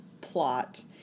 plot